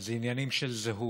זה עניינים של זהות.